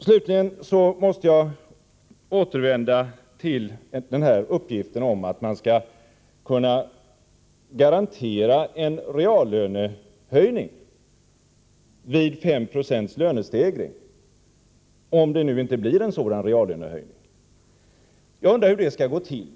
Slutligen måste jag återvända till uppgiften om att man skall kunna garantera en reallönehöjning vid 5 96 lönestegring. Jag undrar hur det skall gå till.